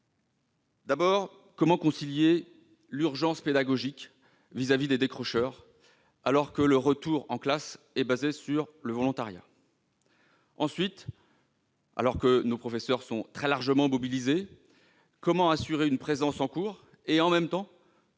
D'abord, comment concilier l'urgence pédagogique vis-à-vis des décrocheurs avec un retour en classe basé sur le volontariat ? Ensuite, alors que nos professeurs sont très largement mobilisés, comment assurer à la fois leur présence en cours et le prolongement